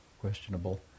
questionable